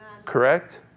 Correct